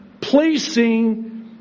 placing